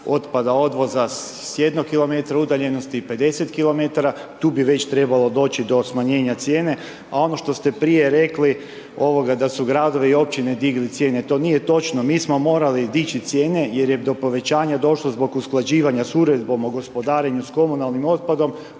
odvoza s jednog km udaljenosti i 50 km, tu bi već trebalo doći do smanjenja cijene, a ono što ste prije rekli da su gradovi i općine digli cijene. To nije točno, mi smo morali dići cijene jer je do povećanja došlo zbog usklađivanja s Uredbom o gospodarenju s komunalnim otpadom